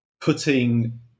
putting